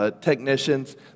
Technicians